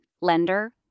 lender